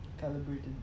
calibrated